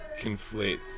conflates